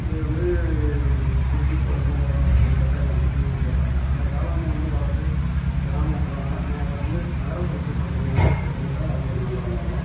அது வந்து கு குடிசைத்தொழில் மாதிரி ஏதாவது ஒரு கொட்டகை அமைத்து போடுறாங்க அந்த காளான் வந்து வளர்த்து கிராமப்புறனாலும் ந வந்து நகரப்புறத்துக்கு கொண்டு போய் விற்றா அது ஒரு நல்ல லாபம்